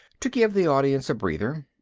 to give the audience a breather.